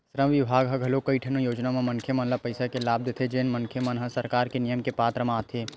श्रम बिभाग ह घलोक कइठन योजना म मनखे मन ल पइसा के लाभ देथे जेन मनखे मन ह सरकार के नियम के पात्र म आथे